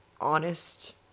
honest